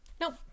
Nope